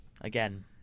Again